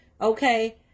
okay